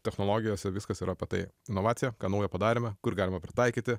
technologijose viskas yra apie tai novacija ką naujo padarėme kur galima pritaikyti